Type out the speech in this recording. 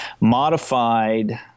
modified